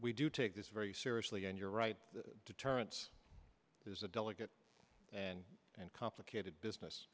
we do take this very seriously and you're right deterrence is a delicate and and complicated business